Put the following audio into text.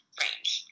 range